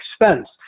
expense